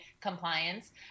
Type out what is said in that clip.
compliance